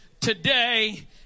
today